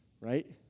Right